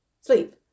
sleep